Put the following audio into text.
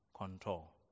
control